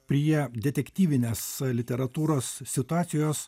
prie detektyvinės literatūros situacijos